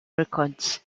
records